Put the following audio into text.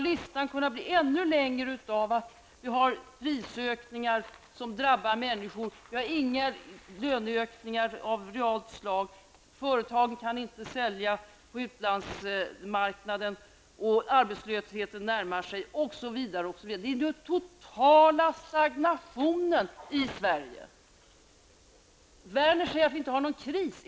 Listan kan bli ännu längre: prisökningar drabbar människor, inga löneökningar är reella, företag kan inte sälja på utlandsmarknaden, arbetslösheten närmar sig, osv. Det är den totala stagnationen i Sverige som det gäller. Lars Werner säger att vi inte har någon kris.